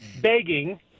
begging